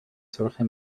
solche